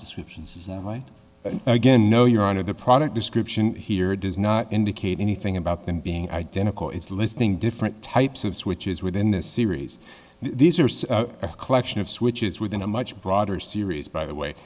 descriptions is right again no your honor the product description here does not indicate anything about them being identical it's listening different types of switches within this series these are a collection of switches within a much broader series by the way